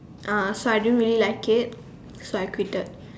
ah so I didn't really like it so I quitted